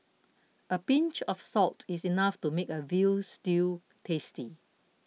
a pinch of salt is enough to make a Veal Stew tasty